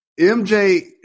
MJ